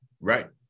Right